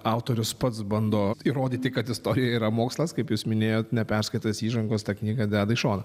autorius pats bando įrodyti kad istorija yra mokslas kaip jūs minėjot neperskaitęs įžangos tą knygą deda į šoną